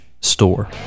store